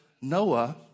Noah